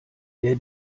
wer